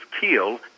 Killed